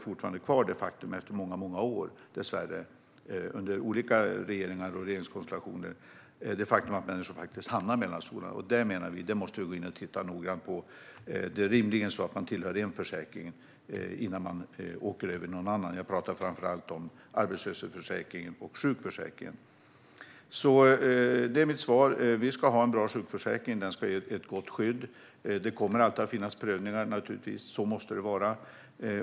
Fortfarande, efter många år och under olika regeringar och regeringskonstellationer, har vi dessvärre kvar det faktum att människor hamnar mellan stolarna. Det menar vi att vi måste gå in och titta noggrant på. Det är rimligen så att man tillhör en försäkring innan man åker över i någon annan. Jag talar framför allt om arbetslöshetsförsäkringen och sjukförsäkringen. Det är mitt svar. Vi ska ha en bra sjukförsäkring, och den ska ge ett gott skydd. Det kommer naturligtvis alltid att finnas prövningar. Så måste det vara.